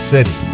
City